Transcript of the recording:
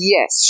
Yes